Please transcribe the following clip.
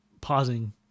pausing